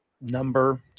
number